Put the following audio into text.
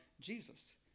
jesus